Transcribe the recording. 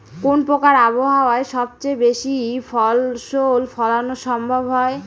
কোন প্রকার আবহাওয়ায় সবচেয়ে বেশি ফসল ফলানো সম্ভব হয়?